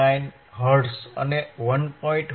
9 hertz અને 1